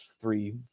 three